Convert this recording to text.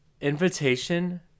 Invitation